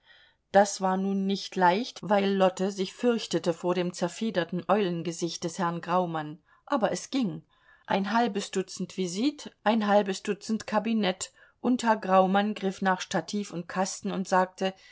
das war nun nicht leicht weil lotte sich fürchtete vor dem zerfederten eulengesicht des herrn graumann aber es ging ein halbes dutzend visit ein halbes dutzend kabinett und herr graumann griff nach stativ und kasten und sagte